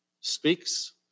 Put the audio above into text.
speaks